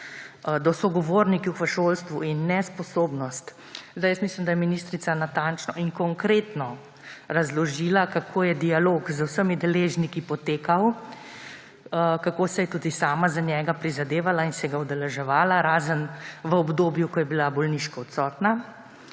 do sogovornikov v šolstvu in nesposobnost. Mislim, da je ministrica natančno in konkretno razložila, kako je dialog z vsemi deležniki potekal, kako si je tudi sama za njega prizadevala in se ga udeleževala, razen v obdobju, ko je bila bolniško odsotna.